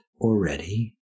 already